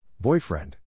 Boyfriend